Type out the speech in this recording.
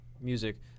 music